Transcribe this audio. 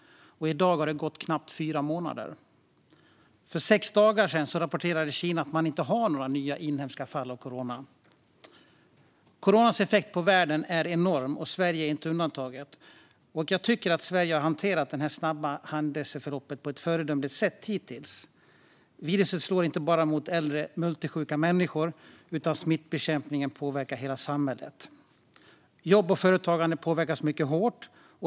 Det har gått knappt fyra månader sedan dess, och för sex dagar sedan rapporterade Kina att man inte har några nya inhemska fall av corona. Coronas effekt på världen är enorm, och Sverige är inte undantaget. Jag tycker att Sverige hittills har hanterat detta snabba händelseförlopp på ett föredömligt sätt. Viruset slår inte bara mot äldre multisjuka människor, utan smittbekämpningen påverkar hela samhället. Jobb och företagande påverkas mycket hårt.